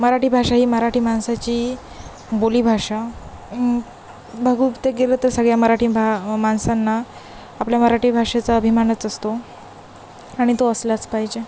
मराठी भाषा ही मराठी माणसाची बोली भाषा बगुक ते गेलं तर सगळ्या मराठी भा माणसांना आपल्या मराठी भाषेचा अभिमानच असतो आणि तो असलाच पाहिजे